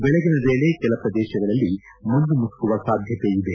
ಬೆಳಗ್ಗಿನ ವೇಳೆ ಕೆಲ ಪ್ರದೇಶಗಳಲ್ಲಿ ಮಂಜು ಮುಸುಕುವ ಸಾಧ್ಯತೆಯಿದೆ